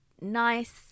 nice